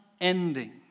ending